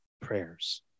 prayers